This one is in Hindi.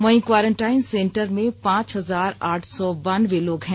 वहीं क्वारंटाइन सेंटर में पांच हजार आठ सौ बानबे लोग हैं